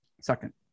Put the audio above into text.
second